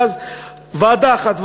ואז ועדה אחת,